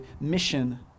mission